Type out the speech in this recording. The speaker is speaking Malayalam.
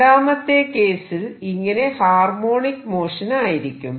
രണ്ടാമത്തെ കേസിൽ ഇങ്ങനെ ഹാർമോണിക് മോഷൻ ആയിരിക്കും